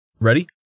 Ready